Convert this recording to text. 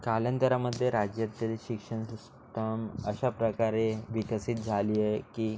कालंतरामध्ये राज्यात तरी शिक्षण दस् म् अशा प्रकारे विकसित झाली आहे की